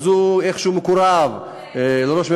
הוא איכשהו מקורב לראש ממשלה,